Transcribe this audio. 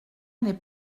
n’est